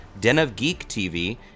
denofgeektv